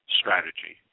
strategy